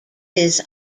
his